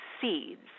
seeds